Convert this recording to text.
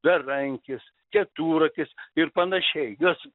berankis keturakis ir panašiai jos